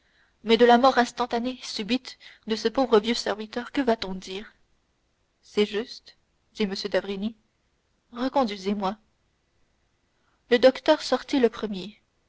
mais de la mort instantanée subite de ce pauvre vieux serviteur que va-t-on dire c'est juste dit m d'avrigny reconduisez moi le docteur sortit le premier